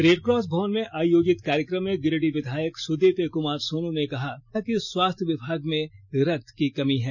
Red Cross भवन में आयोजित कार्यक्रम में गिरिडीह विधायक सुदीव्य कुमार सोनू ने कहा कि स्वास्थ्य विभाग में रक्त की कमी है